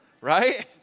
Right